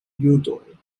judoj